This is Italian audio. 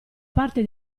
parte